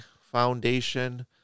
foundation